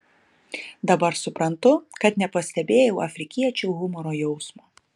dabar suprantu kad nepastebėjau afrikiečių humoro jausmo